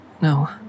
No